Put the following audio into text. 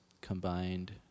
combined